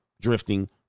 drifting